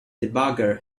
debugger